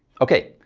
okay,